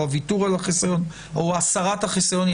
או הוויתור על החיסיון או הסרת החיסיון,